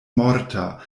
morta